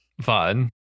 Fun